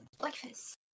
Breakfast